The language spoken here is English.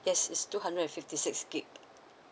yes it's two hundred and fifty six gig